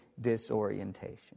disorientation